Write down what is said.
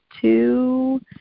two